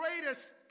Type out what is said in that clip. greatest